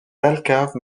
thalcave